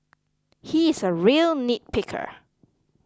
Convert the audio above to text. he is a real nitpicker